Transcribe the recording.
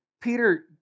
Peter